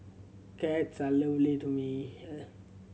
cats are lovely to me